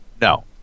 No